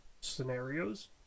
scenarios